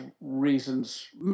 reasons